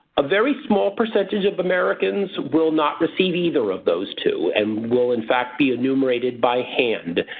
a very small percentage of americans will not receive either of those two and will in fact be enumerated by hand.